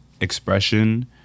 expression